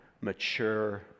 mature